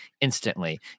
instantly